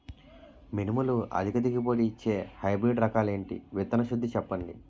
మినుములు అధిక దిగుబడి ఇచ్చే హైబ్రిడ్ రకాలు ఏంటి? విత్తన శుద్ధి చెప్పండి?